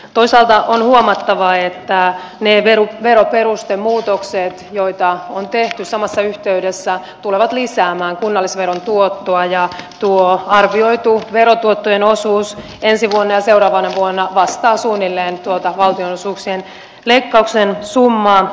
toisaalta on huomattava että ne veroperustemuutokset joita on tehty samassa yhteydessä tulevat lisäämään kunnallisveron tuottoa ja tuo arvioitu verotuottojen osuus ensi vuonna ja seuraavana vuonna vastaa suunnilleen tuota valtionosuuksien leikkauksen summaa